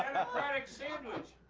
democratic sandwich